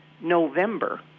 November